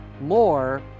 more